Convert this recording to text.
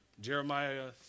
Jeremiah